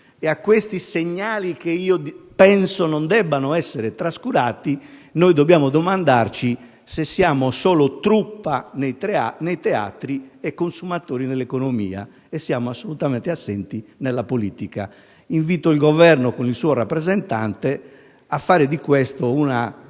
e a questi segnali, che penso non debbano essere trascurati, dobbiamo domandarci se siamo solo truppa nei teatri e consumatori nell'economia, e assolutamente assenti nella politica. Invito il Governo con il suo rappresentante a fare una